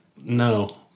no